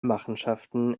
machenschaften